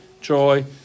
joy